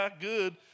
good